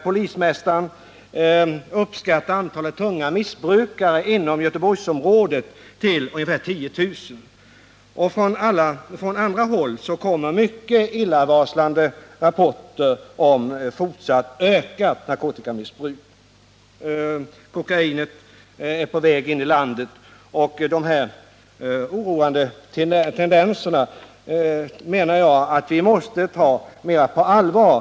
Polismästaren i Göteborg uppskattar t.ex. antalet tunga missbrukare inom Göteborgsområdet till ungefär 10 000. Också från andra håll kommer mycket illavarslande rapporter om fortsatt ökat narkotikamissbruk. BI. a. är kokainet på väg in i landet. Dessa oroande tendenser menar jag att vi måste ta mera på allvar.